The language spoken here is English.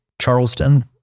Charleston